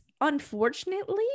unfortunately